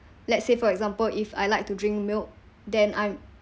let's say for example if I like to drink milk then I